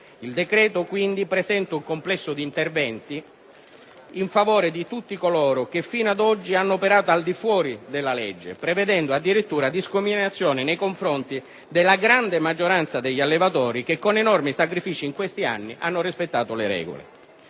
il decreto in parola presenta un complesso di interventi in favore di tutti coloro che fino ad oggi hanno operato al di fuori della legge, prevedendo addirittura discriminazioni nei confronti della grande maggioranza degli allevatori che, con enormi sacrifici, in questi anni hanno rispettato le regole.